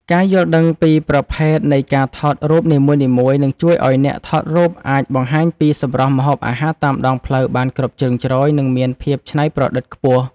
ការយល់ដឹងពីប្រភេទនៃការថតរូបនីមួយៗ នឹងជួយឱ្យអ្នកថតរូបអាចបង្ហាញពីសម្រស់ម្ហូបអាហារតាមដងផ្លូវបានគ្រប់ជ្រុងជ្រោយ និងមានភាពច្នៃប្រឌិតខ្ពស់។